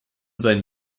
seinen